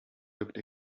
looked